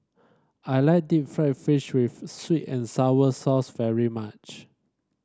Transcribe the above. I like Deep Fried Fish with sweet and sour sauce very much